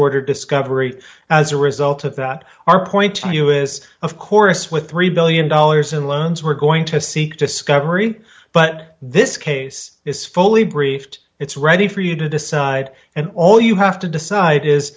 ordered discovery as a result so that our point to you is of course with three billion dollars in loans we're going to seek discovery but this case is fully briefed it's ready for you to decide and all you have to decide is